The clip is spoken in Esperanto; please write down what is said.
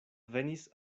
venis